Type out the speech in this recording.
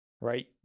right